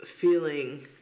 feeling